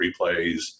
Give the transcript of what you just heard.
replays